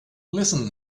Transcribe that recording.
listen